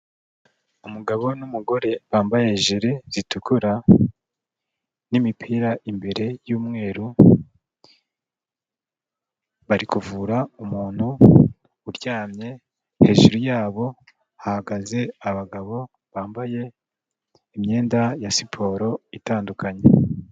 Umugabo n'umugore bambaye jire zitukura n'imipira imbere y'umweru, bari kuvura umuntu uryamye, hejuru yabo hahagaze abagabo bambaye imyenda ya siporo itandukanye.